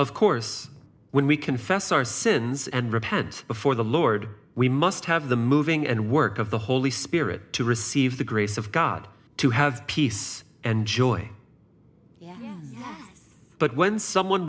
of course when we confess our sins and repent before the lord we must have the moving and work of the holy spirit to receive the grace of god to have peace and joy but when some one